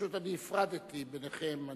פשוט אני הפרדתי ביניכם,